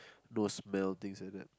those smell things like that